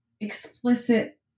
explicit